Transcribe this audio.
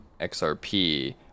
XRP